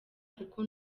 kuko